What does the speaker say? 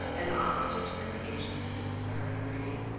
and the officers at the agency give us a hearty greeting.